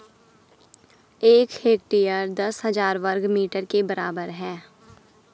एक हेक्टेयर दस हजार वर्ग मीटर के बराबर है